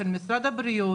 של משרד הבריאות